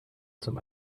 zum